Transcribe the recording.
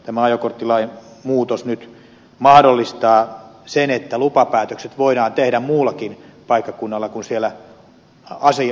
tämä ajokorttilain muutos nyt mahdollistaa sen että lupapäätökset voidaan tehdä muullakin paikkakunnalla kuin asuinpaikkakunnalla